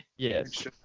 Yes